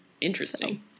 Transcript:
Interesting